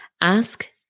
ask